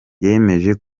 yemeje